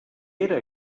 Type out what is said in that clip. era